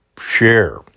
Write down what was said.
share